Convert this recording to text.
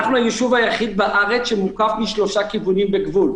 אנחנו היישוב היחיד בארץ שמוקף משלושה כיוונים בגבול,